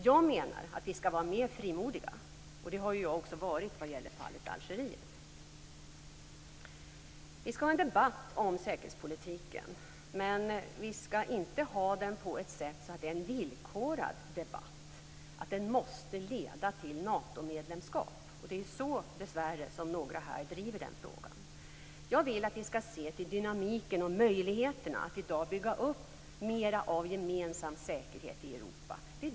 Jag menar att vi skall vara mer frimodiga, och det har jag också varit i fallet Algeriet. Vi skall föra en debatt om säkerhetspolitiken, men det skall inte vara en villkorad debatt som måste leda till Natomedlemskap. Men dessvärre är det så som några här driver denna fråga. Jag vill att vi skall se till dynamiken och möjligheterna att i dag bygga upp mer av gemensam säkerhet i Europa.